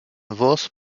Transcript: vos